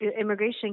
immigration